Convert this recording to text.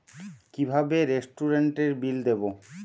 কিভাবে রেস্টুরেন্টের বিল দেবো?